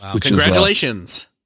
congratulations